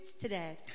today